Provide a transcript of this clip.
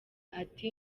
ati